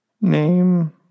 name